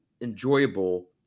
enjoyable